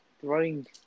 throwing